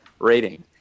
rating